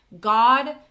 God